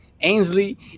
Ainsley